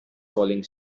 falling